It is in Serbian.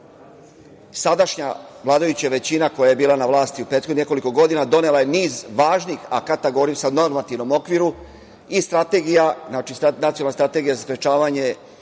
sadašnja vladajuća većina koja je bila na vlasti u prehodnih nekoliko godina, donela je niz važnih akata, govorim sad o normativnom okviru i strategija, Nacionalna strategija za sprečavanje